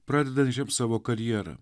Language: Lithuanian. pradedančiam savo karjerą